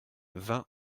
vingt